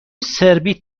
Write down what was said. سربیت